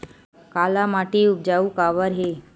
काला माटी उपजाऊ काबर हे?